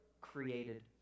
created